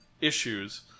issues